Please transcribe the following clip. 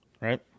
right